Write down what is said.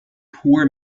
poor